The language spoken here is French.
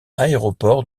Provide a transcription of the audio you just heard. aéroport